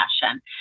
fashion